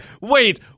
Wait